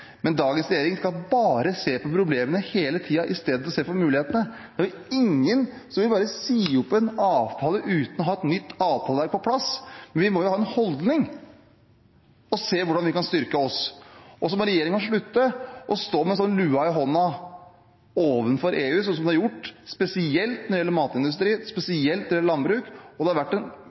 men dagens regjering skal bare se på problemene hele tiden, istedenfor å se på mulighetene. Det er ingen som bare vil si opp en avtale uten å ha et nytt avtaleverk på plass. Men vi må jo ha en holdning og se hvordan vi kan styrke oss. Og så må regjeringen slutte å stå med lua i hånda overfor EU, sånn som de har gjort, spesielt når det gjelder matindustri, spesielt når det gjelder landbruk. Det har vært